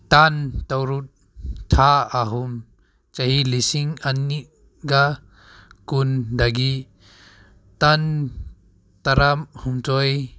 ꯇꯥꯡ ꯇꯔꯨꯛ ꯊꯥ ꯑꯍꯨꯝ ꯆꯍꯤ ꯂꯤꯁꯤꯡ ꯑꯅꯤꯒ ꯀꯨꯟꯗꯒꯤ ꯇꯥꯡ ꯇꯔꯥꯍꯨꯝꯗꯣꯏ